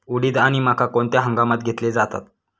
उडीद आणि मका कोणत्या हंगामात घेतले जातात?